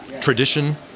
tradition